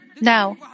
Now